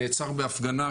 נעצר בהפגנה,